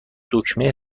دکمه